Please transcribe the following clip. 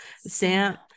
sam